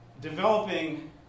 Developing